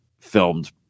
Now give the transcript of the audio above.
filmed